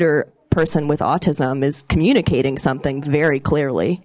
or person with autism is communicating something very clearly